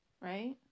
right